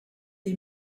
des